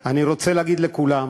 אני רוצה להגיד לכולם